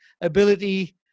ability